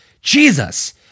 Jesus